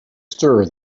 stir